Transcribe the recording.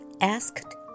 asked